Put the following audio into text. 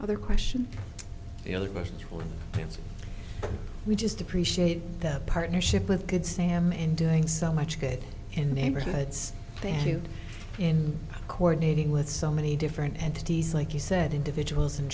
other question you know we just appreciate the partnership with good sam in doing so much good in neighborhoods and in coordinating with so many different entities like you said individuals